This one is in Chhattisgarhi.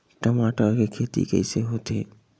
टमाटर के खेती कइसे होथे?